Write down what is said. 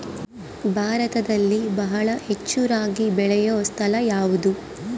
ಭಾರತದಲ್ಲಿ ಬಹಳ ಹೆಚ್ಚು ರಾಗಿ ಬೆಳೆಯೋ ಸ್ಥಳ ಯಾವುದು?